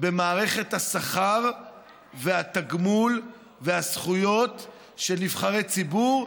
במערכת השכר והתגמול והזכויות של נבחרי ציבור,